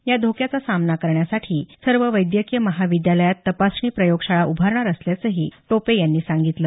या धोक्याचा सामना करण्यासाठी सर्व वैद्यकीय महाविद्यालयात तपासणी प्रयोगशाळा उभारणार असल्याचंही टोपे यावेळी म्हणाले